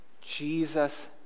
Jesus